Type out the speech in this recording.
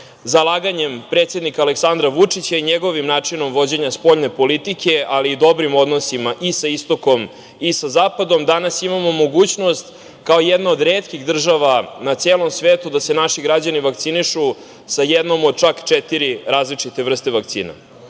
zapadu. Zalaganjem predsednika Aleksandra Vučića i njegovim načinom vođenja spoljne politike, ali i dobrim odnosima i sa istokom i sa zapadom, danas imamo mogućnost kao jedna od retkih država na celom svetu da se naši građani vakcinišu sa jednom od čak četiri različite vrste vakcina. Ponosan